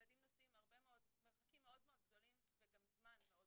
ילדים נוסעים מרחקים מאוד גדולים וגם זמן מאוד